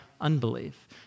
unbelief